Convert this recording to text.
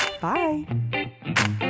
bye